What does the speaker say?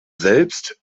selbst